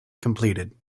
completed